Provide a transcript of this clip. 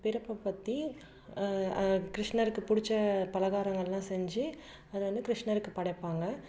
பிறப்பை பற்றி கிருஷ்ணருக்கு பிடிச்ச பலகாரங்கள் எல்லாம் செஞ்சு அதை வந்து கிருஷ்ணருக்கு படைப்பாங்க